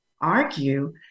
argue